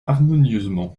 harmonieusement